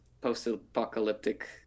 post-apocalyptic